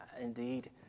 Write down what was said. indeed